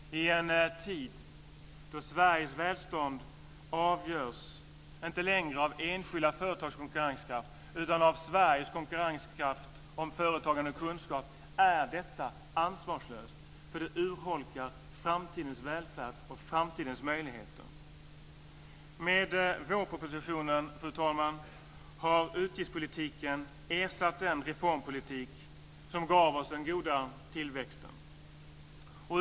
I en tid då Sveriges välstånd inte längre avgörs av enskilda företags konkurrenskraft utan av Sveriges konkurrenskraft om företagande och kunskap är detta ansvarslöst. Det urholkar framtidens välfärd och framtidens möjligheter. Med vårpropositionen, fru talman, har utgiftspolitiken ersatt den reformpolitik som gav oss den goda tillväxten.